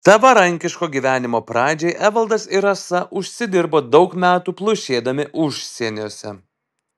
savarankiško gyvenimo pradžiai evaldas ir rasa užsidirbo daug metų plušėdami užsieniuose